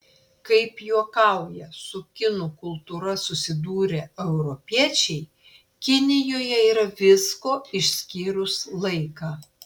kaip juokauja su kinų kultūra susidūrę europiečiai kinijoje yra visko išskyrus laiką